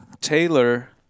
Taylor